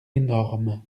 énorme